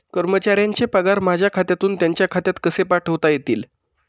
कर्मचाऱ्यांचे पगार माझ्या खात्यातून त्यांच्या खात्यात कसे पाठवता येतील?